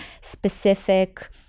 specific